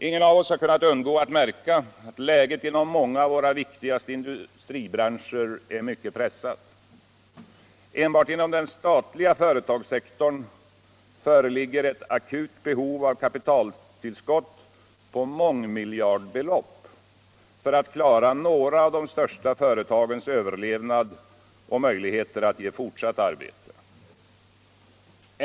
Ingen av oss har kunnat undgå att märka, att läget inom många av våra viktigaste industribranscher ir mycket pressat. Enbart inom den statliga företagssektorn föreligger ett akut behov av kapitaltillskott på mångmiljardbelopp för att klara några av de största företagens överlevnad och möjligheter att ge fortsatt arbete.